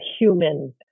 human